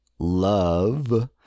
Love